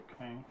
Okay